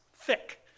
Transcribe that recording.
thick